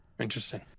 Interesting